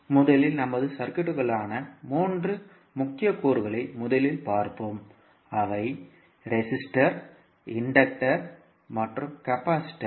முதலில் நமது சுற்றுக்குள்ளான மூன்று முக்கிய கூறுகளை முதலில் பார்ப்போம் அவை ரெஸிஸ்டர் இன்டக்டர் மற்றும் கெபாசிட்டர்